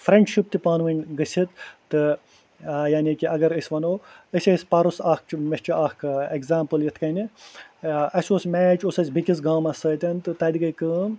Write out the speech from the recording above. friendship تہِ پانہٕ ؤنۍ گٔژھِتھ تہٕ یعنی کہِ اگر أسۍ ونو أسۍ ٲسی پَرُس اکھ چہِ مےٚ چھِ اکھ اٮ۪گزامپٕل یِتھ کٲنہِ اَسہِ اوس میچ اوس اَسہِ بیٚکِس گامس سۭتۍ تہٕ تَتہِ گٔے کٲم